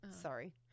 sorry